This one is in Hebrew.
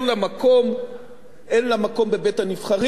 אין לה מקום בבית-הנבחרים, אין לה מקום בתקשורת,